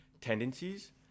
tendencies